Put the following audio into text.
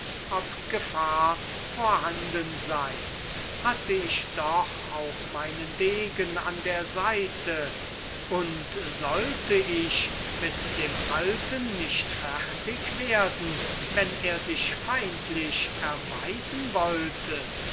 ob gefahr vorhanden sei hatte ich doch auch meinen degen an der seite und sollte ich mit dem alten nicht fertig werden wenn er sich feindlich erweisen wollte